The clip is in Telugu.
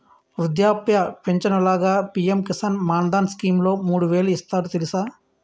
వృద్ధాప్య పించను లాగా పి.ఎం కిసాన్ మాన్ధన్ స్కీంలో మూడు వేలు ఇస్తారు తెలుసా?